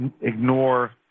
ignore